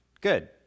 good